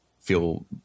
feel